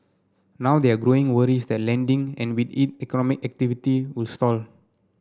now there are growing worries that lending and with it economic activity will stall